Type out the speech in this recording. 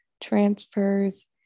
transfers